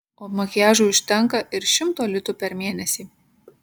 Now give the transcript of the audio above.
o makiažui užtenka ir šimto litų per mėnesį